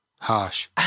Harsh